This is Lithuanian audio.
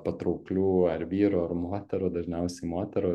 patrauklių ar vyrų ar moterų dažniausiai moterų